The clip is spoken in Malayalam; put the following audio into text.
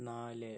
നാല്